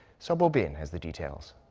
so bo-bin has the details.